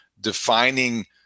defining